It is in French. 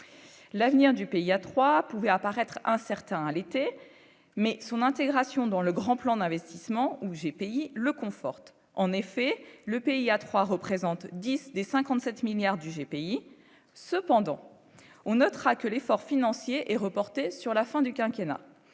l'avenir du pays à trois pouvait apparaître un certain l'été mais son intégration dans le grand plan d'investissement ou j'ai payé le conforte en effet le pays à trois représente 10 des 57 milliards du GP pays cependant on notera que l'effort financier est reporté sur la fin du quinquennat